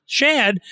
shad